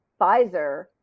Pfizer